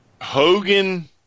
Hogan